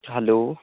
hello